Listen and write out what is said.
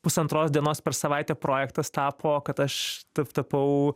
pusantros dienos per savaitę projektas tapo kad aš tap tapau